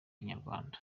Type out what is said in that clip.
inyarwanda